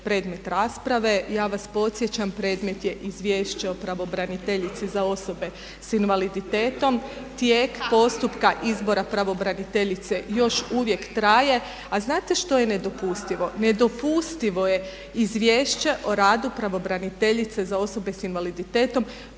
predmet rasprave. Ja vas podsjećam, predmet je Izvješće o pravobraniteljici za osobe sa invaliditetom, tijek postupka, izbora pravobraniteljice još uvijek traje. A znate što je nedopustivo? Nedopustivo je izvješće o radu pravobraniteljice za osobe s invaliditetom